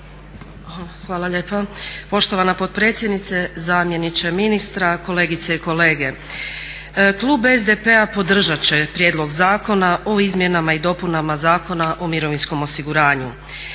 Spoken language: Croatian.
Zahvaljujem poštovana potpredsjednice, zamjeniče ministra, kolegice i kolege. Klub SDP-a podržat će prijedlog zakona o izmjenama i dopunama Zakona o mirovinskom osiguranju.